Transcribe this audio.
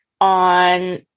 on